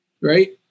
right